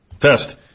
test